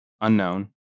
unknown